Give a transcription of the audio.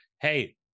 hey